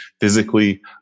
physically